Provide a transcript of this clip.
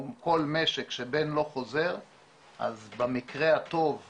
כל משק שבן לא חוזר אז במקרה הטוב המשק,